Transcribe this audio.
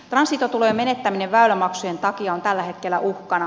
transitotulojen menettäminen väylämaksujen takia on tällä hetkellä uhkana